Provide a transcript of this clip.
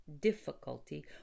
difficulty